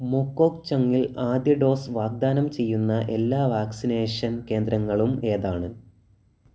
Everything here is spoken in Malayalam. മോകോക്ചുങ്ങിൽ ആദ്യ ഡോസ് വാഗ്ദാനം ചെയ്യുന്ന എല്ലാ വാക്സിനേഷൻ കേന്ദ്രങ്ങളും ഏതാണ്